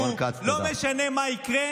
לא משנה מה יקרה.